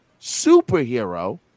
superhero